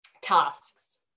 tasks